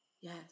yes